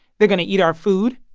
they're going to eat our food,